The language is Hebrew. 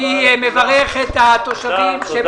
אני מברך את התושבים.